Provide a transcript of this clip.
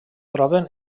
troben